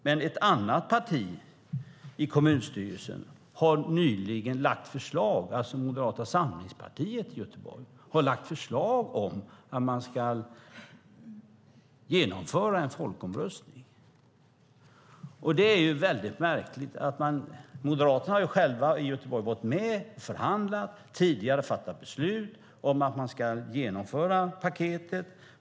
Men ett annat parti i kommunstyrelsen i Göteborg, Moderata samlingspartiet, har nyligen lagt fram förslag om att man ska genomföra en folkomröstning. Det är väldigt märkligt, för Moderaterna i Göteborg har ju själva varit med och förhandlat och tidigare fattat beslut om att man ska genomföra paketet.